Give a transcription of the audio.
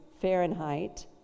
Fahrenheit